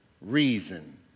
reason